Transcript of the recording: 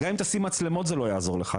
גם אם תשים מצלמות, זה לא יעזור לך.